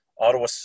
Ottawa